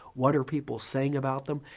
what are people saying about them,